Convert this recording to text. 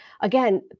again